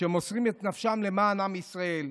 שמוסרים את נפשם למען עם ישראל.